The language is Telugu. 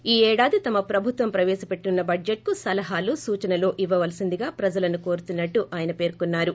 ఈ ఏడాది తమ ప్రభుత్వం ప్రవేశపెట్టనున్న బడ్జెట్ కు సలహాలు సూచనలు ఇవ్వాల్సిందిగా ప్రజలను కోరుతునట్లు ఆయన పేర్కోన్నారు